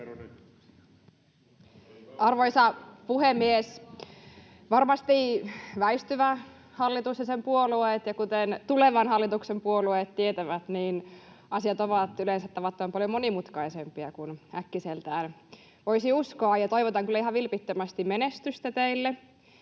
Arvoisa puhemies! Varmasti väistyvä hallitus ja sen puolueet kuten myös tulevan hallituksen puolueet tietävät, että asiat ovat yleensä tavattoman paljon monimutkaisempia kuin äkkiseltään voisi uskoa, ja toivotan kyllä ihan vilpittömästi menestystä teille